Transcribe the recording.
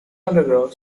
undergo